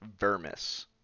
vermis